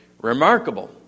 remarkable